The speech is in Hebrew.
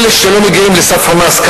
אלה שלא מגיעים לסף המס,